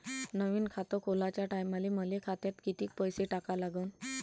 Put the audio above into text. नवीन खात खोलाच्या टायमाले मले खात्यात कितीक पैसे टाका लागन?